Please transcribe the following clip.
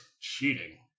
cheating